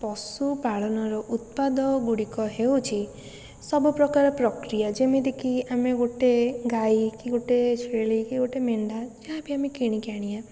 ପଶୁପାଳନର ଉତ୍ପାଦ ଗୁଡ଼ିକ ହେଉଛି ସବୁପ୍ରକାର ପ୍ରକ୍ରିୟା ଯେମିତିକି ଆମେ ଗୋଟେ ଗାଈ କି ଗୋଟେ ଛେଳିକି ଗୋଟେ ମେଣ୍ଢା ଯାହା ବି ଆମେ କିଣିକି ଆଣିବା